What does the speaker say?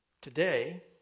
Today